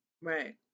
Right